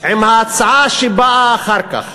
עם ההצעה שבאה אחר כך: